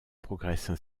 progressent